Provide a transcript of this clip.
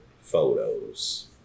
photos